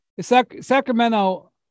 Sacramento